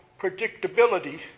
predictability